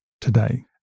today